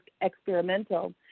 experimental